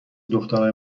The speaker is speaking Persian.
دخترای